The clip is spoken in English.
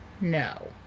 No